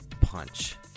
punch